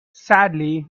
sadly